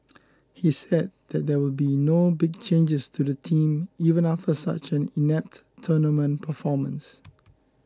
he said that there will be no big changes to the team even after such an inept tournament performance